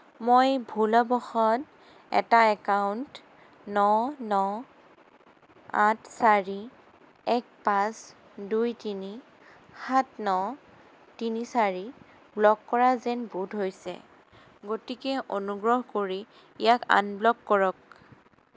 মই ভুলবশতঃ এটা একাউণ্ট ন ন আঠ চাৰি এক পাঁচ দুই তিনি সাত ন তিনি চাৰি ব্লক কৰা যেন বোধ হৈছে গতিকে অনুগ্ৰহ কৰি ইয়াক আনব্লক কৰক